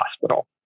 hospital